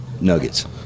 nuggets